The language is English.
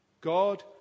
God